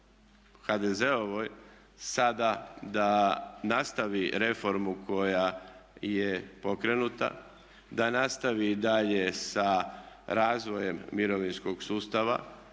HDZ-ovoj sada da nastavi reformu koja je pokrenuta, da nastavi dalje sa razvojem mirovinskog sustava,